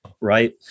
Right